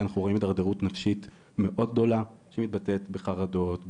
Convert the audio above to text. אנחנו רואים הידרדרות נפשית מאוד גדולה שמתבטאת בחרדות,